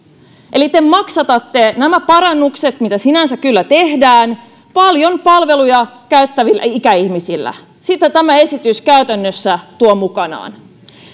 eli te maksatatte parannukset mitä sinänsä kyllä tehdään paljon palveluja käyttävillä ikäihmisillä sitä tämä esitys käytännössä tuo mukanaan